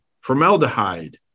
formaldehyde